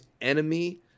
enemy